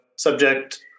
subject